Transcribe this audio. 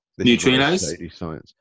Neutrinos